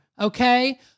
okay